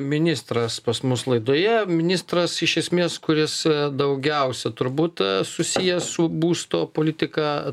ministras pas mus laidoje ministras iš esmės kuris daugiausia turbūt susijęs su būsto politika